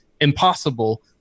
impossible